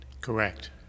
Correct